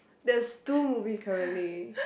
there's two movie currently